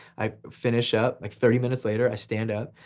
i finish up, like thirty minutes later, i stand up,